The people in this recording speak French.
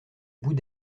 bout